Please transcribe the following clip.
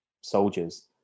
soldiers